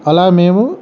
అలా మేము